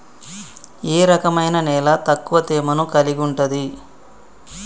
ఏ రకమైన నేల ఎక్కువ తేమను కలిగుంటది?